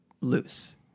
loose